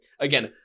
again